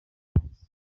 utwatsi